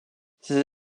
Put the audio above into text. ces